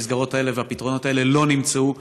המסגרות האלה והפתרונות האלה לא נמצאו,